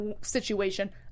situation